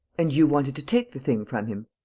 and you wanted to take the thing from him.